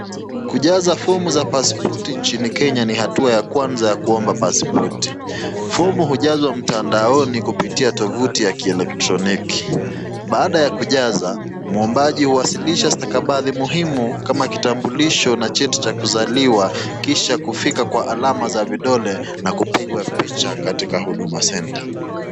Kujaza fomu za pasipoti nchini Kenya ni hatua ya kwanza ya kuomba pasipoti. Fomu hujazwa mtandaoni kupitia tovuti ya kielektroniki. Baada ya kujaza, muombaji huwasilisha stakabadhi muhimu kama kitambulisho na cheti cha kuzaliwa kisha kufika kwa alama za vidole na kupigwa picha katika huduma center .